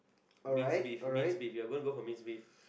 minced beef minced beef we are going to go for minced beef